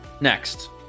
Next